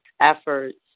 efforts